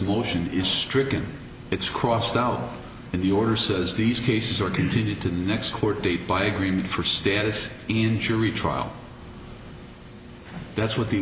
motion is stricken it's crossed out in the order says these cases are continued to the next court date by agreement for status in jury trial that's what the